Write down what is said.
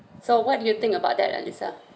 so what do you think about that alyssa